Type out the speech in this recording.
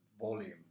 volume